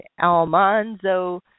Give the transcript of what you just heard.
Almanzo